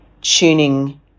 tuning